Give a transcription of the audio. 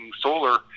solar